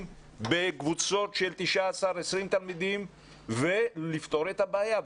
בקבוצות של 20-19 תלמידים ולפתור את הבעיה.